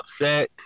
upset